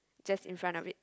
just in front of it